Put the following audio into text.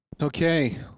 Okay